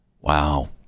Wow